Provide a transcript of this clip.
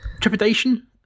trepidation